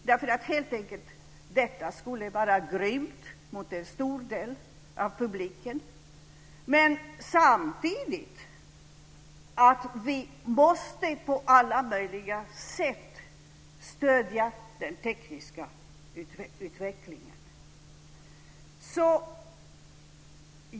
Detta skulle helt enkelt vara grymt mot en stor del av publiken. Men samtidigt måste vi på alla möjliga sätt stödja den tekniska utvecklingen.